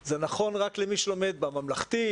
זה נכון רק למי שלומד בממלכתי,